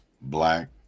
black